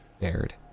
bared